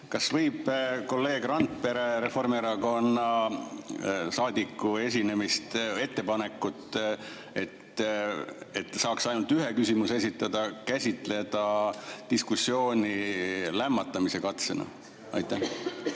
Kas võib kolleeg Randpere, Reformierakonna saadiku ettepanekut, et saaks ainult ühe küsimuse esitada, käsitleda diskussiooni lämmatamise katsena? Ei,